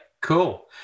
cool